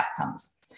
outcomes